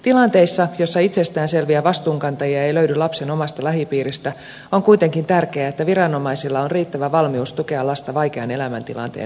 tilanteissa joissa itsestään selviä vastuunkantajia ei löydy lapsen omasta lähipiiristä on kuitenkin tärkeää että viranomaisilla on riittävä valmius tukea lasta vaikean elämäntilanteen ylitse